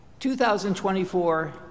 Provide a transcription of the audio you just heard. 2024